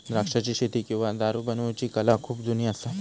द्राक्षाची शेती किंवा दारू बनवुची कला खुप जुनी असा